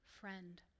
friend